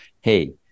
Hey